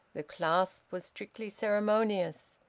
the clasp was strictly ceremonious.